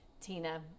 Tina